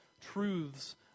truths